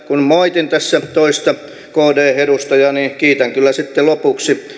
kun moitin tässä toista kd edustajaa niin kiitän kyllä sitten lopuksi